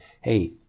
hey